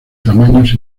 tamaños